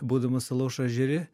būdamas alaušo ežere